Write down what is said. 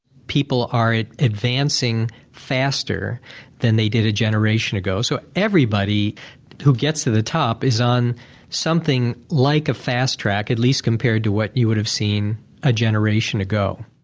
people are advancing faster than they did a generation ago. so everybody who gets to the top is on something like a fast-track, at least compared to what you would have seen a generation ago.